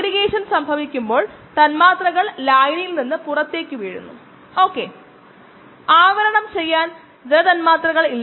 Km lnSSvmt സംയോജനത്തിന്റെ പരിധികൾ S ന് S0 മുതൽ S വരെയും t ന് t0 മുതൽ t t0 0 ആണ്